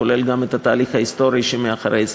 כולל גם את התהליך ההיסטורי שמאחורי זה.